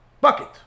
bucket